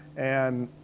and.